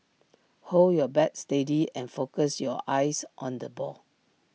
hold your bat steady and focus your eyes on the ball